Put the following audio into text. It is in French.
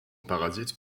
parasite